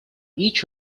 each